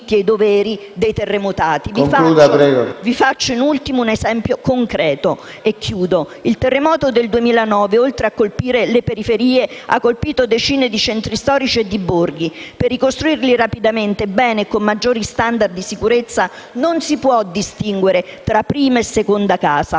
vi faccio un esempio concreto. Il terremoto del 2009, oltre a colpire le periferie, ha interessato decine di centri storici e di borghi. Per ricostruirli rapidamente, bene e con maggiori *standard* di sicurezza, non si può distinguere tra prima e seconda casa.